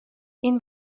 این